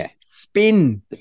spin